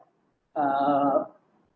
uh